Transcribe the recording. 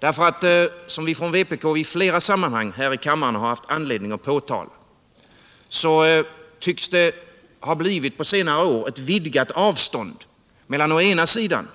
Som vänsterpartiet kommunisterna i flera sammanhang här i kammaren haft anledning påtala tycks det på senare år har blivit ett vidgat avstånd mellan å ena sidan